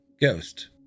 Ghost